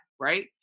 right